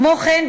כמו כן,